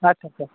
আচ্ছা আচ্ছা